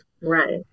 Right